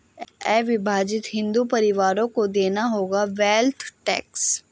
अविभाजित हिंदू परिवारों को देना होगा वेल्थ टैक्स